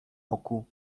oku